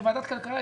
כוועדת כלכלה,